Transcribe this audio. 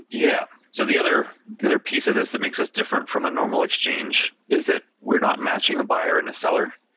yeah. so the other the other piece of this that makes us different from a normal exchange is that we're not matching a buyer and a seller.